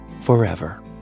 forever